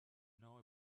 know